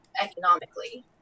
economically